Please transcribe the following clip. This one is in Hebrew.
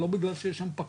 לא בגלל שיש שם פקח,